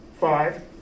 five